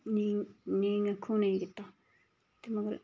नेईं आखो नेईं कीता ते मगर